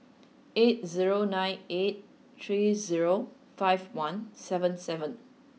eight zero nine eight three zero five one seven seven